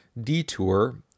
detour